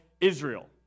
Israel